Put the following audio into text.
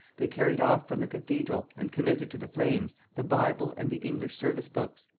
they carried off from the cathedral and committed to the flames the bible and the english service books.